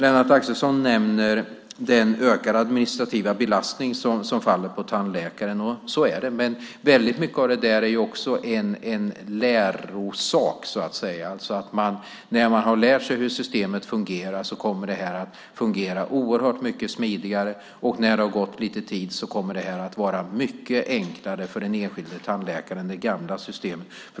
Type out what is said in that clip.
Lennart Axelsson nämner den ökade administrativa belastning som faller på tandläkaren. Så är det. Mycket av det är en lärosak. När man har lärt sig hur systemet fungerar kommer det att fungera oerhört mycket smidigare. När det har gått lite tid kommer det att vara mycket enklare för den enskilde tandläkaren än i det gamla systemet.